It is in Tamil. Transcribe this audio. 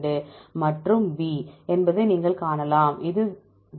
52 மற்றும் B என்பதை நீங்கள் காணலாம் இது 0